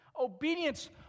obedience